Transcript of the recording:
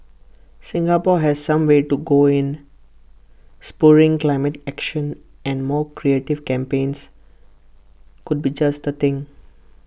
Singapore has some way to go in spurring climate action and more creative campaigns could be just the thing